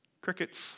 Crickets